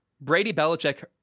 Brady-Belichick